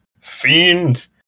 Fiend